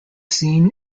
seen